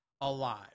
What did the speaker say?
alive